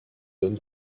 donne